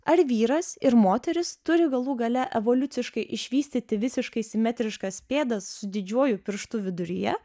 ar vyras ir moteris turi galų gale evoliuciškai išvystyti visiškai simetriškas pėdas su didžiuoju pirštu viduryje